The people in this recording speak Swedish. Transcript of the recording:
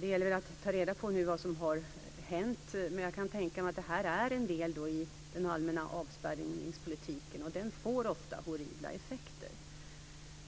Det gäller nu att ta reda på vad som har hänt. Jag kan tänka mig att det är en del i den allmänna avspärrningspolitiken. Den får ofta horribla effekter.